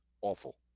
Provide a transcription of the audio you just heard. awful